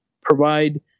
provide